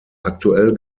aktuell